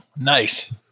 Nice